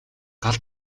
гал